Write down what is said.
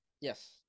yes